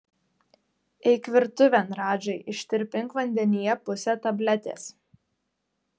eik virtuvėn radžai ištirpink vandenyje pusę tabletės